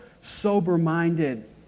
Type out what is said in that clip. sober-minded